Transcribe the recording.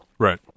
Right